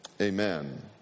amen